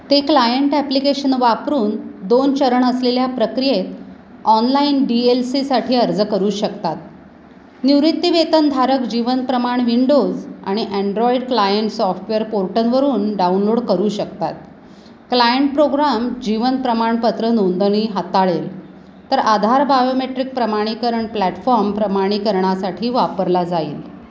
ते client application वापरून दोन चरण असलेल्या प्रक्रियेत ऑनलाईन डी एल सीसाठी अर्ज करू शकतात निवृत्तीवेतनधारक जीवन प्रमाण विंडोज आणि अँड्रॉईड क्लायंट सॉफ्टवेअर पोर्टलवरून डाउनलोड करू शकतात क्लायंट प्रोग्राम जीवन प्रमाणपत्र नोंदणी हाताळेल तर आधार बायोमेट्रिक प्रमाणीकरण प्लॅटफॉम प्रमाणीकरणासाठी वापरला जाईल